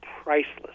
priceless